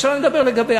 עכשיו אני מדבר לגבי,